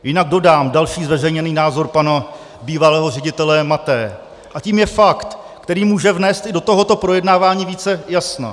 Jinak dodám další zveřejněný názor pana bývalého ředitele Mathé, a tím je fakt, který může vnést i do tohoto projednávání více jasna.